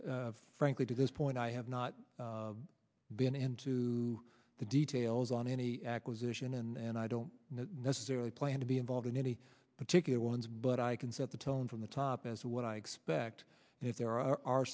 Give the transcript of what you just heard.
frankly to this point i have not been into the details on any acquisition and i don't necessarily plan to be involved in any particular ones but i can set the tone from the top as to what i expect if there are